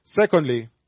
Secondly